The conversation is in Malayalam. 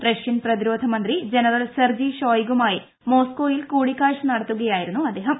റഷ്യൻ പ്രതിരോധമന്ത്രി ജനറൽ സെർജി ഷോയിഗുമായി മോസ്കോയിൽ കൂടിക്കാഴ്ച നടത്തുകയായിരുന്നു അദ്ദേഹം